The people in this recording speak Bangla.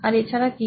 আর এছাড়া কি